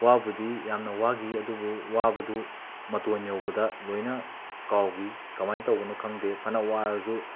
ꯋꯥꯕꯨꯗꯤ ꯌꯥꯝꯅ ꯋꯥꯈꯤ ꯑꯗꯨꯕꯨ ꯋꯥꯕꯗꯨ ꯃꯇꯣꯟ ꯌꯧꯕꯗ ꯂꯣꯏꯅ ꯀꯥꯎꯈꯤ ꯀꯃꯥꯏꯅ ꯇꯧꯕꯅꯣ ꯈꯪꯗꯦ ꯐꯅ ꯋꯥꯔꯁꯨ